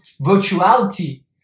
virtuality